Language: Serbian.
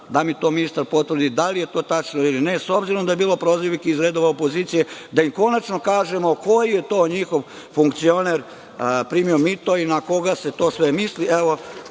Neka mi ministar potvrdi da li je to tačno ili ne, s obzirom da je bilo prozivki iz redova opozicije, da im konačno kažemo koji je to njihov funkcioner primio mito i na koga se to sve misli. Ovde